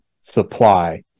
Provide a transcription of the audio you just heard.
supply